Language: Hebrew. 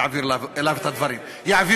יעביר אליו את הדברים.